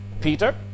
peter